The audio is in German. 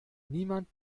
niemand